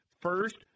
first